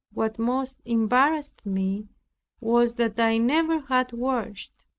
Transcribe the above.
what most embarrassed me was that i never had washed.